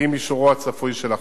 עם אישורו הצפוי של החוק.